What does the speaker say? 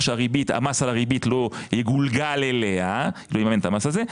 שהמס על הריבית לא יגולגל עליה ויממן את המס הזה,